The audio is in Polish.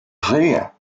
żyje